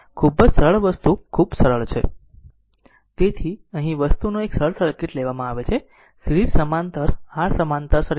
તેથી અહીં આ વસ્તુનો એક સરળ સર્કિટ લેવામાં આવે છે સીરીઝ સમાંતર r સમાંતર સર્કિટ